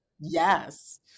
Yes